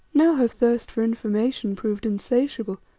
now her thirst for information proved insatiable,